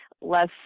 less